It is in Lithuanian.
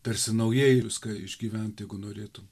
tarsi naujai viską išgyvent jeigu norėtum